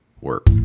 work